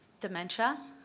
dementia